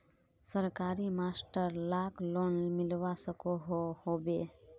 सरकारी मास्टर लाक लोन मिलवा सकोहो होबे?